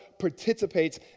participates